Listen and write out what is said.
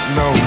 no